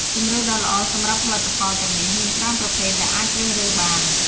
ជម្រើសដ៏ល្អសម្រាប់ផលិតផលទាំងនេះ មានច្រើនប្រភេទដែលអាចជ្រើសរើសបាន។